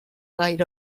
gaire